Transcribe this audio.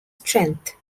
strength